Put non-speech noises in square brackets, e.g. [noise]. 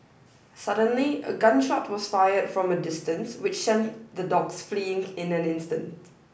suddenly a gun shot was fired from a distance which [unintelligible] the dogs fleeing in an instant